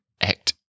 act